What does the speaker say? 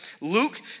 Luke